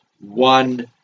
one